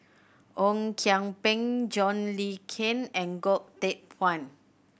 Ong Kian Peng John Le Cain and Goh Teck Phuan